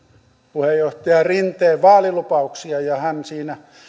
puheenjohtaja rinteen vaalilupauksia ja hän siinä